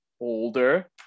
older